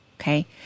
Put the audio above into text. Okay